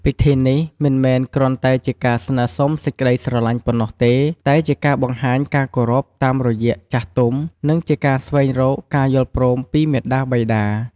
ពិធីនេះមិនមែនគ្រាន់តែជាការស្នើសុំសេចក្ដីស្រឡាញ់ប៉ុណ្ណោះទេ តែជាការបង្ហាញការគោរពតាមរយៈចាស់ទុំ និងជាការស្វែងរកការយល់ព្រមពីមាតាបិតា។